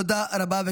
תודה רבה.